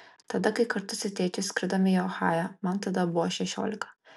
tada kai kartu su tėčiu skridome į ohają man tada buvo šešiolika